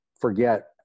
forget